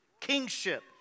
kingship